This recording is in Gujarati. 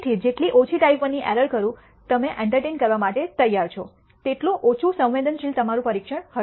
તેથી જેટલી ઓછી ટાઈપ I ની એરર કરું તમે એન્ટરટેઇન કરવા માટે તૈયાર છો તેટલું ઓછું સંવેદનશીલ તમારી પરીક્ષણ હશે